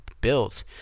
built